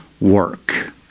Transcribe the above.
work